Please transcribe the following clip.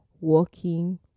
walking